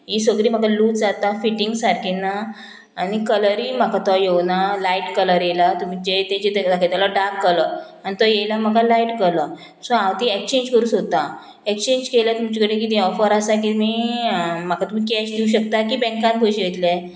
ही सगळी म्हाका लूज जाता फिटींग सारकी ना आनी कलरूय म्हाका तो येवना लायट कलर येयला तुमचे तेजे ते दाखयतालो डार्क कलर आनी तो येयला म्हाका लायट कलर सो हांव ती एक्सचेंज करूं सोदतां एक्सचेंज केल्यार तुमचे कडेन कितें ऑफर आसा की तुमी म्हाका तुमी कॅश दिवं शकता की बँकान पयशे येतले